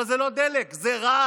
אבל זה לא דלק, זה רעל.